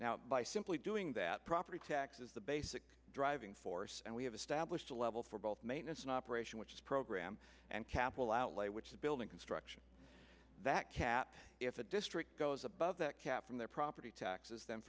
now by simply doing that property taxes the basic driving force and we have established a level for both maintenance and operation which is program and capital outlay which is building construction that kept if a district goes above that cap from their property taxes the